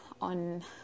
on